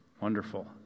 wonderful